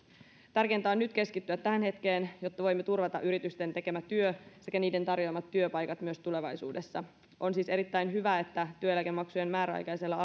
tärkeintä on nyt keskittyä tähän hetkeen jotta voimme turvata yritysten tekemät työt sekä niiden tarjoamat työpaikat myös tulevaisuudessa on siis erittäin hyvä että työeläkemaksujen määräaikaisella